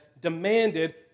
demanded